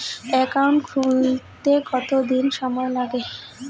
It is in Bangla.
একাউন্ট খুলতে কতদিন সময় লাগে?